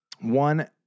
one